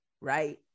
right